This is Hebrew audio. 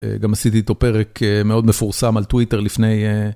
גם עשיתי איתו פרק מאוד מפורסם על טוויטר לפני.